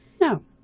No